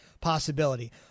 possibility